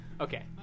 Okay